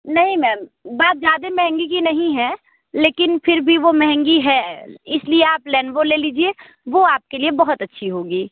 नहीं मैम बात ज़्यादा महंगे कि नहीं है लेकिन फ़िर भी वो महंगी है इसलिए आप लेनोवो ले लीजिए वह आपके लिए बहुत अच्छी होगी